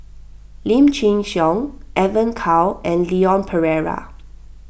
Lim Chin Siong Evon Kow and Leon Perera